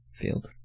field